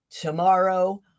tomorrow